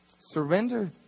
Surrender